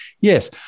Yes